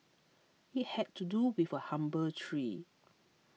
it had to do with a humble tree